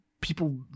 people